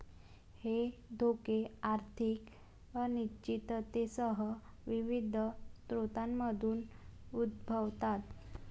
हे धोके आर्थिक अनिश्चिततेसह विविध स्रोतांमधून उद्भवतात